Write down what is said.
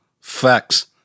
Facts